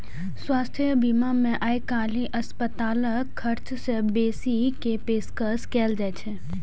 स्वास्थ्य बीमा मे आइकाल्हि अस्पतालक खर्च सं बेसी के पेशकश कैल जाइ छै